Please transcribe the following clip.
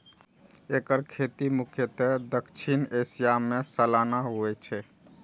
एकर खेती मुख्यतः दक्षिण एशिया मे सालाना होइ छै